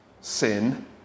sin